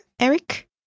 Eric